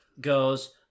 goes